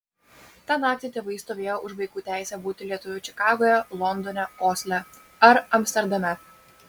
tą naktį tėvai stovėjo už vaikų teisę būti lietuviu čikagoje londone osle ar amsterdame